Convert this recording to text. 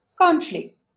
conflict